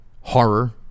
horror